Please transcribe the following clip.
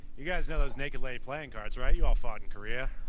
you guys know those naked lady playing cards, right? you all fought in korea.